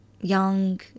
young